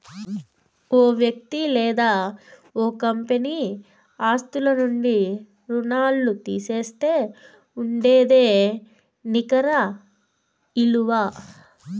ఓ వ్యక్తి లేదా ఓ కంపెనీ ఆస్తుల నుంచి రుణాల్లు తీసేస్తే ఉండేదే నికర ఇలువ